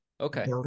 Okay